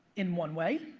in one way,